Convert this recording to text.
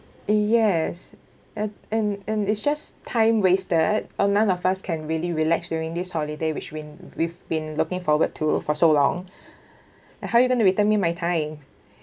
yes and and and it's just time wasted uh none of us can really relax during this holiday which been we've been looking forward to for so long and how you going to return me my time